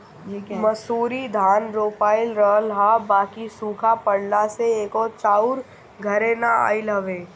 मंसूरी धान रोपाइल रहल ह बाकि सुखा पड़ला से एको चाउर घरे ना आइल हवे